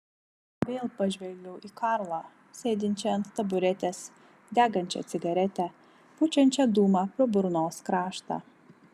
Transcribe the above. vėl pažvelgiau į karlą sėdinčią ant taburetės degančią cigaretę pučiančią dūmą pro burnos kraštą